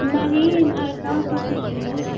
नहीं ऐसा कुछ नहीं है